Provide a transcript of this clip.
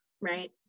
right